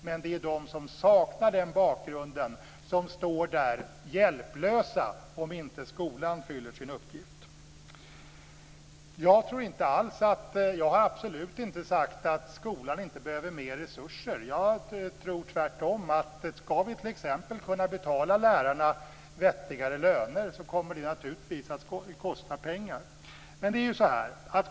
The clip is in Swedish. Det är i stället de som saknar den bakgrunden som står där hjälplösa om skolan inte fyller sin uppgift. Jag har absolut inte sagt att skolan inte behöver mer resurser, tvärtom. För att kunna betala lärarna vettigare löner behövs det naturligtvis pengar.